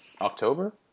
October